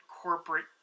corporate